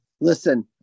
listen